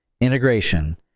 Integration